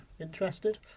interested